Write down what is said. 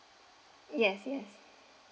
yes yes